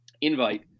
invite